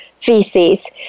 feces